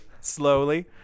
slowly